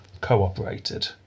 cooperated